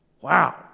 Wow